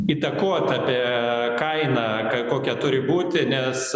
įtakot apie kainą kokia turi būti nes